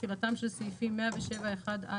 תחילתם של סעיפים 107(1)(א),